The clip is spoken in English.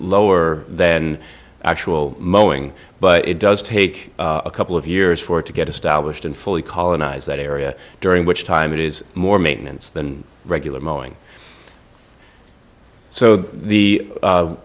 lower than actual moaning but it does take a couple of years for it to get established and fully colonized that area during which time it is more maintenance than regular moaning so the